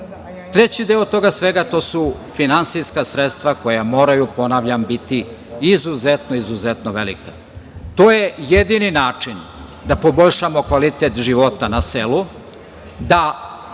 Treći deo toga svega su finansijska sredstva koja moraju, ponavljam, biti izuzetno velika. To je jedini način da poboljšamo kvalitet života na selu, da